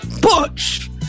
butch